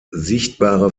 sichtbare